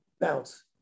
bounce